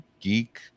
geek